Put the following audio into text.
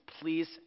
please